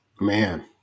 Man